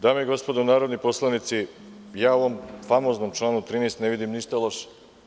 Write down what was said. Dame i gospodo narodni poslanici, ja u ovom famoznom članu 13. ne vidim ništa loše.